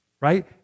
right